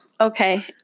Okay